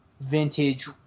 vintage